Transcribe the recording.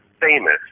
famous